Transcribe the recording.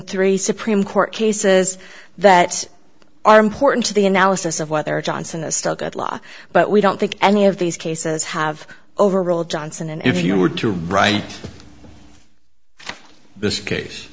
three supreme court cases that are important to the analysis of whether johnson is still good law but we don't think any of these cases have overruled johnson and if you were to write this case